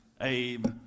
Abe